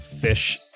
fish